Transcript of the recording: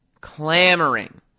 clamoring